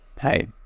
hey